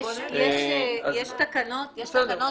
יש תקנות --- תכניסי את זה להגדרות שזה יניח את דעתם.